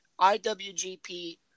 IWGP